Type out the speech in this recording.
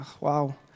Wow